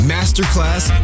Masterclass